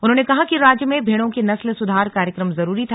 उन्होंने कहा कि राज्य में भेड़ों की नस्ल सुधार कार्यक्रम जरूरी था